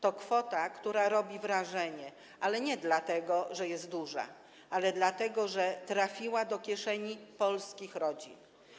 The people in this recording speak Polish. To kwota, która robi wrażenie, ale nie dlatego że jest duża, ale dlatego że trafiła do kieszeni polskich rodzin.